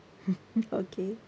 okay